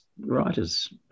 writers